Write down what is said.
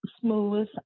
smooth